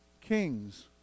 kings